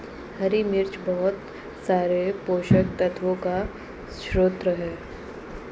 हरी मिर्च बहुत सारे पोषक तत्वों का स्रोत है